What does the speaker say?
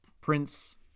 prince